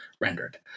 rendered